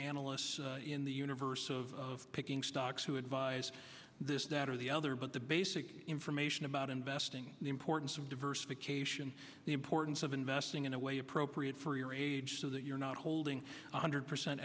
analysts in the universe of picking stocks to advise this that or the other but the basic information about investing the importance of diversification the importance of investing in a way appropriate for your age so that you're not holding one hundred percent